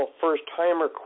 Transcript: first-timer